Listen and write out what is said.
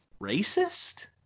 racist